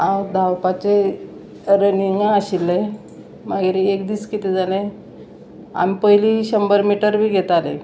हांव धांवपाचें रनिंगा आशिल्लें मागीर एक दीस कितें जालें आमी पयलीं शंबर मिटर बी घेतालें